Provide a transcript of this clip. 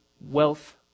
Wealth